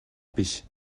биш